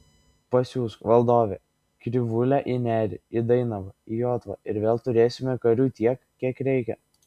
pasiųsk valdove krivūlę į nerį į dainavą į jotvą ir vėl turėsime karių tiek kiek reikia